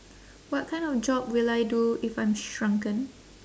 what kind of job will I do if I'm shrunken